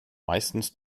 meistens